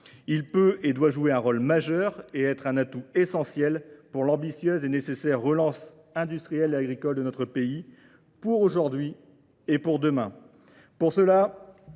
Il peut et doit jouer un rôle majeur et être un atout essentiel pour l'ambitieuse et nécessaire relance industrielle et agricole de notre pays pour aujourd'hui et pour demain.